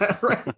Right